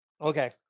Okay